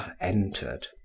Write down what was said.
entered